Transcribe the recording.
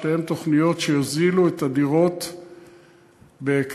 שתיהן תוכניות שיוזילו את הדירות בהיקפים